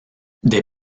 des